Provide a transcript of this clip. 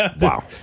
Wow